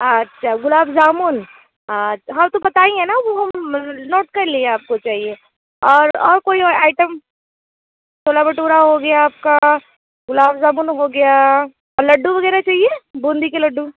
अच्छा गुलाब जामुन हाँ वो तो बताई हैं ना वो हम नोट कर लिए हैं आपको चाहिए और और कोई आइटम छोला भटूरा हो गया आपका गुलाब जामुन हो गया लड्डू वगैरह चाहिए बूँदी के लड्डू